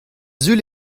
sul